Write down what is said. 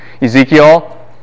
Ezekiel